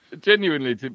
genuinely